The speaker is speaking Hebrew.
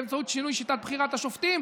באמצעות שינוי שיטת בחירת השופטים.